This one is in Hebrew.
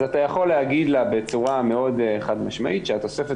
אז אתה יכול להגיד לה בצורה מאוד חד משמעית שהתוספת